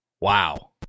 Wow